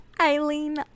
Eileen